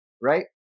right